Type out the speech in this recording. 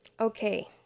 okay